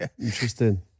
interesting